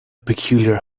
peculiar